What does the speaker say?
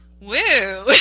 Woo